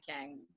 King